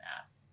ask